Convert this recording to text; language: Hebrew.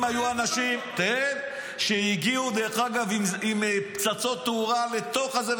היו אנשים שהגיעו עם פצצות תאורה לתוך הזה,